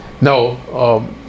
No